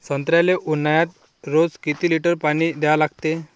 संत्र्याले ऊन्हाळ्यात रोज किती लीटर पानी द्या लागते?